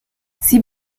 sie